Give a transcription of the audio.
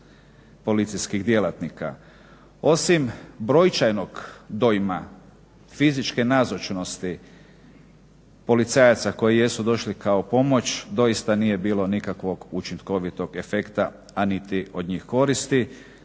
policijskih djelatnika. Osim brojčanog dojma, fizičke nazočnosti policajaca koji jesu došli kao pomoć doista nije bilo nikakvog učinkovitog efekta, a niti od njih koristi.